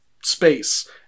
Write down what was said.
space